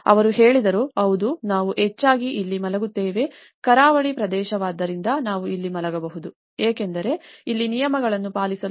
ಅವರು ಹೇಳಿದರು ಹೌದು ನಾವು ಹೆಚ್ಚಾಗಿ ಇಲ್ಲಿ ಮಲಗುತ್ತೇವೆ ಕರಾವಳಿ ಪ್ರದೇಶವಾದ್ದರಿಂದ ನಾವು ಅಲ್ಲಿ ಮಲಗಬಹುದು ಏಕೆಂದರೆ ಎಲ್ಲಾ ನಿಯಮಗಳನ್ನು ಪಾಲಿಸಲು ನಮಗೆ 5000 ಸಾಕಾಗಲಿಲ್ಲ